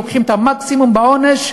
מטילים את העונש המקסימלי,